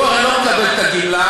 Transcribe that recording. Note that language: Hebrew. הוא הרי לא מקבל את הגמלה,